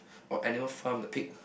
oh anyone farm the pig